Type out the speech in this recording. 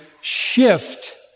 shift